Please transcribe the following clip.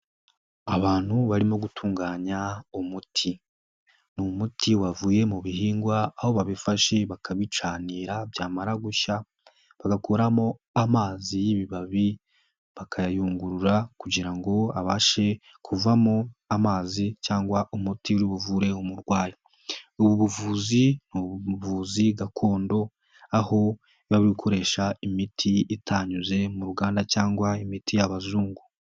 Abantu barimo gutunganya umuti. Ni umuti wavuye mu bihingwa aho babifashe bakabicanira byamara gushya bagakuramo amazi y'ibibabi, bakayayungurura kugira ngo abashe kuvamo amazi cyangwa umuti uvure umurwayi. Ubu buvuzi gakondo aho bakoresha imiti itanyuze mu ruganda cyangwa imiti y'abazungu.